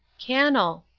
cannel.